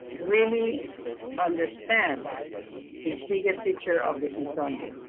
really understand the bigger picture of the smithsonian.